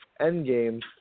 Endgame